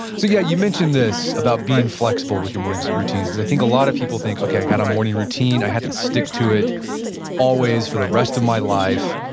so yeah you mentioned this about being flexible with your morning routine. because i think a lot of people think, okay, i got a morning routine. i have to stick to it always for the rest of my life.